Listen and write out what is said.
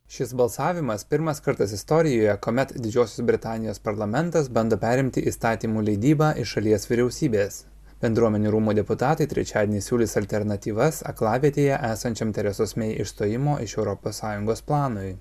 šis balsavimas pirmas kartas istorijoje kuomet didžiosios britanijos parlamentas bando perimti įstatymų leidybą iš šalies vyriausybės bendruomenių rūmų deputatai trečiadienį siūlys alternatyvas aklavietėje esančiam teresos mei išstojimo iš europos sąjungos planui